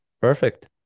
Perfect